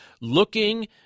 looking